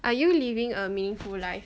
are you living a meaningful life